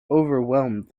overwhelmed